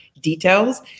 details